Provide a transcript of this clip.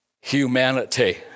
humanity